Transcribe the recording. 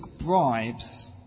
bribes